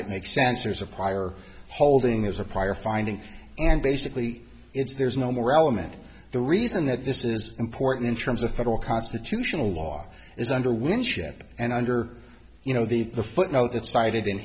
that makes sense or is a prior holding as a prior finding and basically it's there's no more element the reason that this is important in terms of federal constitutional law is under winship and under you know the the footnote that cited in